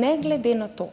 Ne glede na to,